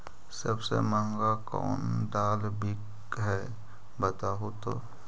सबसे महंगा कोन दाल बिक है बताहु तो?